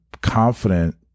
confident